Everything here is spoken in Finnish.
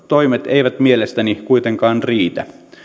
toimet eivät mielestäni kuitenkaan riitä